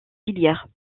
filière